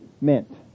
meant